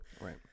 right